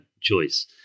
choice